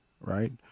Right